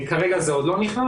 כרגע זה עוד לא נכנס,